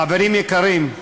חברים יקרים,